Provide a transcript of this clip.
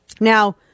Now